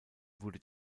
wurde